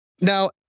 Now